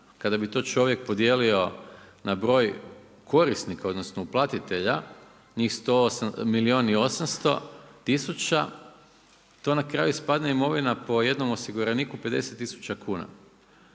kada bi to čovjek podijelio na broj korisnika odnosno uplatitelja, njih milijun i 800 tisuća, to na kraju ispadne imovina po jednom osiguraniku 50 tisuća kuna.